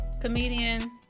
comedian